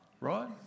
right